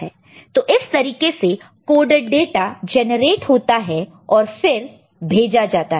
तो इस तरीके से कोडड डाटा जेनरेट होता है और फिर भेजा जाता है